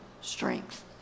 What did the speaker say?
strength